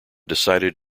decided